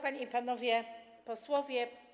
Panie i Panowie Posłowie!